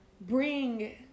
bring